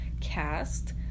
cast